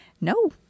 No